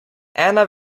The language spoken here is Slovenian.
ena